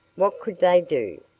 what could they do?